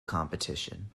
competition